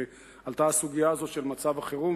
עלתה הסוגיה של מצב החירום,